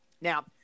now